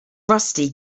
rusty